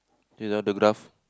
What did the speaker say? just now the graph